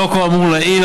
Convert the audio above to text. לאור כל האמור לעיל,